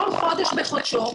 כל חודש בחודשו,